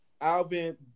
Alvin